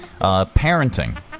Parenting